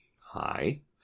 Hi